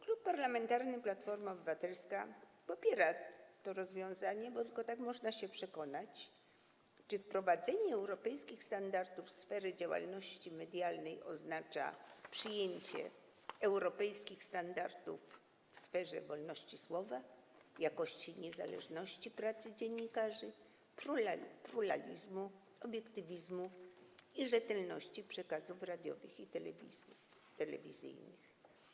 Klub Parlamentarny Platforma Obywatelska popiera to rozwiązanie, bo tylko tak można się przekonać, czy wprowadzenie europejskich standardów w sferze działalności medialnej oznacza przyjęcie europejskich standardów w sferze wolności słowa, jakości, niezależności pracy dziennikarzy, pluralizmu, obiektywizmu i rzetelności przekazów radiowych i telewizyjnych.